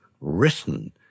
written